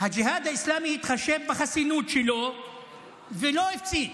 הג'יהאד האסלאמי התחשב בחסינות שלו ולא הפציץ.